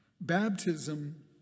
Baptism